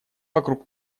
вокруг